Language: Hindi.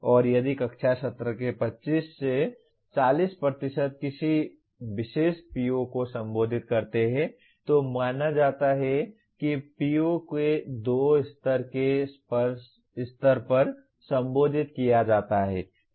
और यदि कक्षा सत्र के 25 से 40 किसी विशेष PO को संबोधित करते हैं तो माना जाता है कि PO को 2 के स्तर पर संबोधित किया जाता है